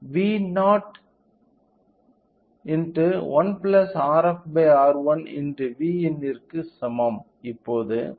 V0 1 Rf R1 x Vin ற்க்கு சமம்